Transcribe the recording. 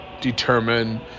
determine